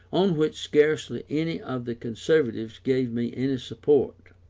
on which scarcely any of the conservatives gave me any support.